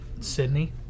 Sydney